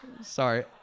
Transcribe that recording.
sorry